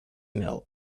mill